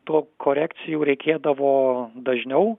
tų korekcijų reikėdavo dažniau